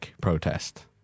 protest